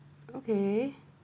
okay